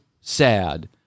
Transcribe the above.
sad